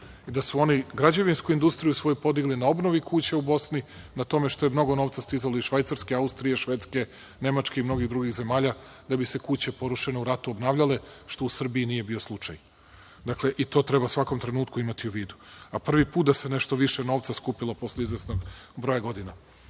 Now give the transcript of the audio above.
Oni su svoju građevinsku industriju podigli na obnovi kuća u Bosni, na tome što je mnogo novca stizalo iz Švajcarske, Austrije, Švedske, Nemačke i mnogo drugih zemalja da bi se kuće porušene u ratu obnavljale, što u Srbiji nije bio slučaj. To treba u svakom trenutku imati u vidu. A prvi put da se nešto više novca skupilo posle izvesnog broja godina. Što